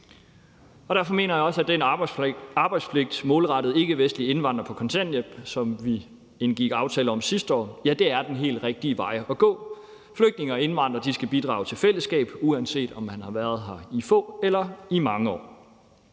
Derfor mener jeg også, at den arbejdspligt målrettet ikkevestlige indvandrere på kontanthjælp, som vi indgik aftale om sidste år, er den helt rigtige vej at gå. Flygtninge og indvandrere skal bidrage til fællesskab, uanset om man har været her i få eller i mange år.